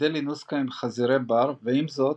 גדל אינוסקה עם חזירי בר ועם זאת,